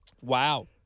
Wow